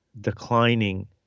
declining